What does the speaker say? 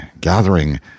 gathering—